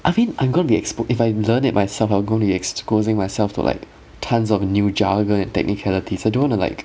I mean I'm gonna be expo~ if I have to learn it myself I'm gonna be exposing myself to like tons of new jargon and technicalities I don't wanna like